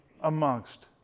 amongst